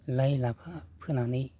लाइ लाफा फोनानै